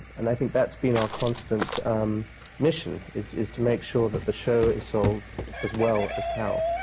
and i think that's been our constant mission, is is to make sure that the show is sold as well as carol.